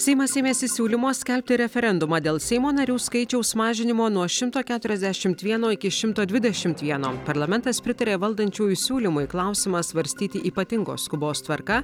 seimas ėmėsi siūlymo skelbti referendumą dėl seimo narių skaičiaus mažinimo nuo šimto keturiasdešimt vieno iki šimto dvidešimt vieno parlamentas pritarė valdančiųjų siūlymui klausimą svarstyti ypatingos skubos tvarka